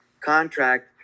contract